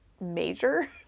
major